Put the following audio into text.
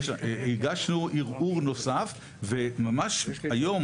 הגשנו ערעור נוסף וממש היום,